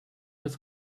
his